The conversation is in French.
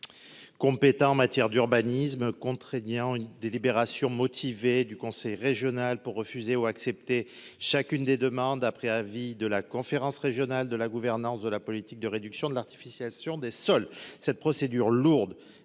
compétents en matière d'urbanisme, entraînant ainsi une délibération motivée du conseil régional pour refuser ou accepter chacune des demandes, après avis de la conférence régionale de la gouvernance de la politique de réduction de l'artificialisation des sols. Cette procédure, lourde